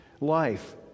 life